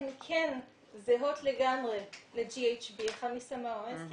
הן כן זהות לגמרי לאחד מסמי האונס כי